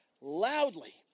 loudly